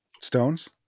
stones